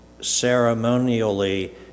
ceremonially